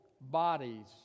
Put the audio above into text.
bodies